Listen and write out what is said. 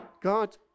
God